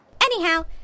Anyhow